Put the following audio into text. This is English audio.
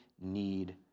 need